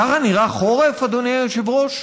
ככה נראה חורף, אדוני היושב-ראש?